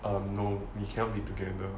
um no we cannot be together